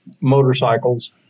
motorcycles